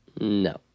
No